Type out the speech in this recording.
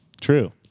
True